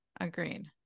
agreed